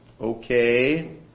Okay